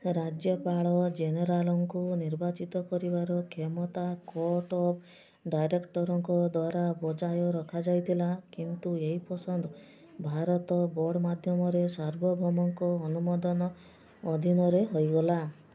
ରାଜ୍ୟପାଳ ଜେନେରାଲ୍ଙ୍କୁ ନିର୍ବାଚିତ କରିବାର କ୍ଷମତା କୋର୍ଟ୍ ଅଫ୍ ଡ଼ାଇରେକ୍ଟର୍ଙ୍କ ଦ୍ୱାରା ବଜାୟ ରଖାଯାଇଥିଲା କିନ୍ତୁ ଏହି ପସନ୍ଦ ଭାରତ ବୋର୍ଡ଼୍ ମାଧ୍ୟମରେ ସର୍ବଭୌମଙ୍କ ଅନୁମୋଦନ ଅଧୀନରେ ହୋଇଗଲା